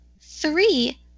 three